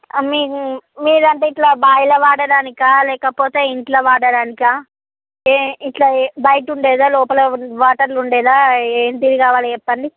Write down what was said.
మీది మీరు అంటే ఇలా బావిలో వాడటానికా లేకపోతే ఇంట్లో వాడటానికా ఇలా బయట ఉండేదా లోపల వాటర్లో ఉండేదా ఏమి కావాలి చెప్పండి